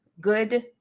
good